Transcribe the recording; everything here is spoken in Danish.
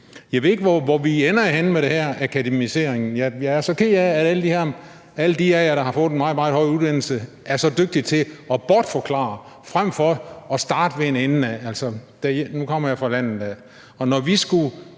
Jeg ved ikke, hvor vi ender henne med den her akademisering. Jeg er så ked af, at alle de af jer, som har fået en meget, meget høj uddannelse, er så dygtige til at bortforklare frem for at starte fra en ende af. Altså, nu kommer jeg fra landet